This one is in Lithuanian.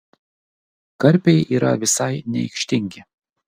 karpiai yra visai neaikštingi